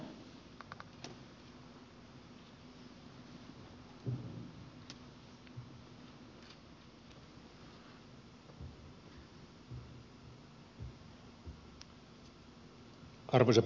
arvoisa puhemies